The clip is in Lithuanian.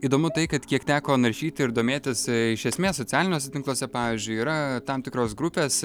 įdomu tai kad kiek teko naršyti ir domėtis iš esmės socialiniuose tinkluose pavyzdžiui yra tam tikros grupės